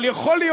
אבל יכול להיות,